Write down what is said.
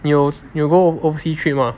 你有你有 go oversea trip mah